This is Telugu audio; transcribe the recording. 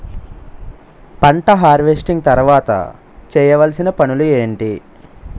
పంట హార్వెస్టింగ్ తర్వాత చేయవలసిన పనులు ఏంటి?